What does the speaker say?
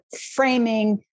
framing